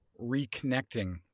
reconnecting